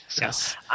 Yes